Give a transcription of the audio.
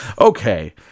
okay